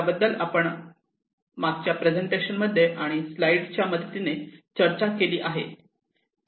त्याबद्दल आपण मागच्या प्रेझेंटेशन मध्ये आणि स्लाईड च्या मदतीने चर्चा केली आहे